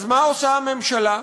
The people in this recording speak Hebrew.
אז מה עושה הממשלה?